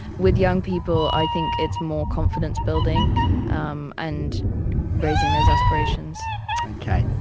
with young people i think it's more confidence building um and raising those aspirations okay.